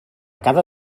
cada